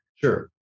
Sure